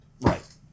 Right